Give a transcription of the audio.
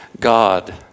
God